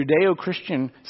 Judeo-Christian